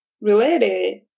related